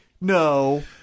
no